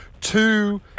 two